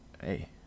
hey